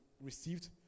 received